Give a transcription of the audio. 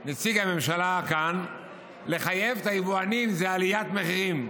כאן נציג הממשלה: לחייב את היבואנים זו עליית מחירים.